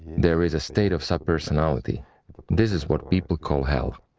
there is a state of subpersonality this is what people call hell.